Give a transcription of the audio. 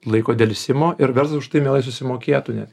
laiko delsimo ir verslas už tai mielai susimokėtų net